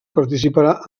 participarà